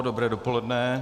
Dobré dopoledne.